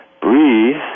breathe